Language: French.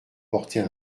porter